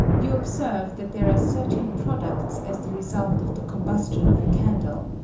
you observe that there are certain products as the result of the combustion of a candle,